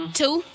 two